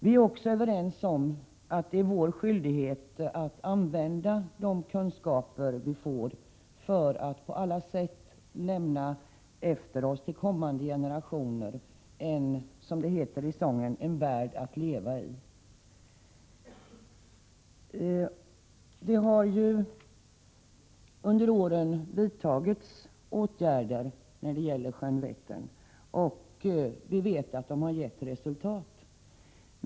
Vi är också överens om att det är vår skyldighet att använda de kunskaper vi får för att kunna lämna efter oss till kommande generationer ”en värld att leva i”, som det heter i sången. Det har under åren vidtagits åtgärder för miljön runt sjön Vättern, och vi vet att de har gett resultat.